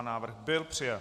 Návrh byl přijat.